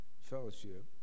fellowship